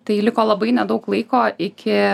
tai liko labai nedaug laiko iki